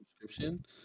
subscription